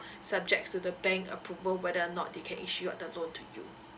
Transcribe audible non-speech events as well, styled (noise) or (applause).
(breath) subjects to the bank approval whether or not they can issue the loan to you